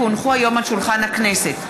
כי הונחו היום על שולחן הכנסת,